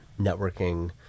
networking